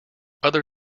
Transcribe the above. other